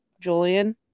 julian